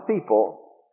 people